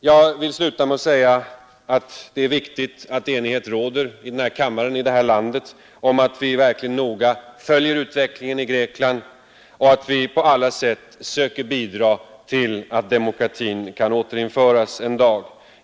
Jag vill sluta med att säga att det är viktigt att enighet råder i den här kammaren och i det här landet om att vi verkligen noga skall följa utvecklingen i Grekland och att vi på alla sätt söker bidra till att demokratin kan återinföras en dag.